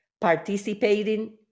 participating